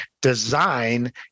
design